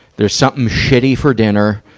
there's something shitty for dinner,